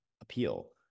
appeal